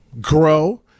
grow